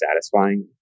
satisfying